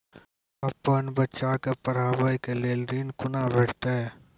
अपन बच्चा के पढाबै के लेल ऋण कुना भेंटते?